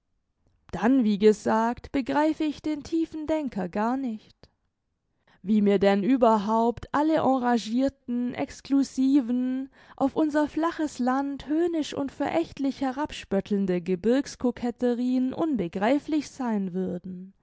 dann wie gesagt begreif ich den tiefen denker gar nicht wie mir denn überhaupt alle enragirten exclusiven auf unser flaches land höhnisch und verächtlich herabspöttelnde gebirgs coquetterieen unbegreiflich sein würden